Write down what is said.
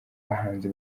bahanzi